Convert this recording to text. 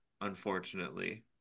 unfortunately